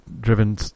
driven